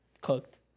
cooked